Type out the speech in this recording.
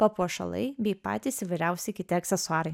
papuošalai bei patys įvairiausi kiti aksesuarai